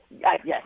Yes